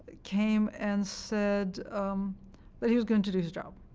came and said that he was going to do his job.